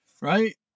right